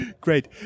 Great